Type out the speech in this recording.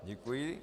Děkuji.